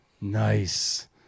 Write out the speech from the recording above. Nice